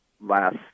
last